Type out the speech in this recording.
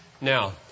Now